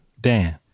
Dan